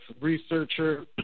researcher